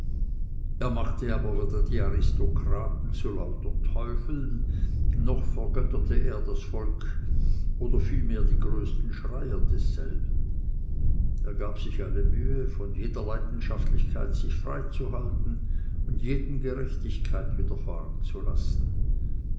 er machte aber weder die aristokratie zu lauter teufeln noch vergötterte er das volk oder vielmehr die größten schreier desselben er gab sich alle mühe von jeder leidenschaftlichkeit sich frei zu halten und jedem gerechtigkeit widerfahren zu lassen